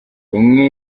umwe